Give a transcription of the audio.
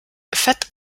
fett